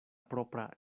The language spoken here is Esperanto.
propra